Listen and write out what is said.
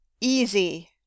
Easy